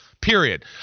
Period